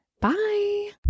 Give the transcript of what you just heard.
Bye